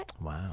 Wow